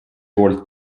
poolt